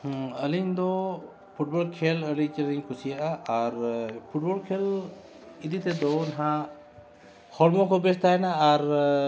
ᱦᱮᱸ ᱟᱹᱞᱤᱧ ᱫᱚ ᱯᱷᱩᱴᱵᱚᱞ ᱠᱷᱮᱞ ᱟᱹᱰᱤ ᱪᱮᱦᱨᱟᱧ ᱠᱩᱥᱤᱭᱟᱜᱼᱟ ᱟᱨ ᱯᱷᱩᱴᱵᱚᱞ ᱠᱷᱮᱞ ᱤᱫᱤ ᱛᱮᱫᱚ ᱱᱟᱜ ᱦᱚᱲᱢᱚ ᱠᱚ ᱵᱮᱥ ᱛᱟᱦᱮᱱᱟ ᱟᱨ